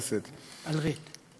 איציק שמולי וחבר הכנסת דב חנין,